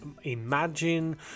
imagine